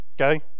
okay